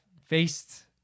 faced